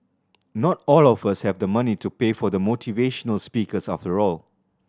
not all of us have the money to pay for the motivational speakers after all